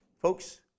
Folks